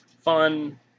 fun